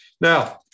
now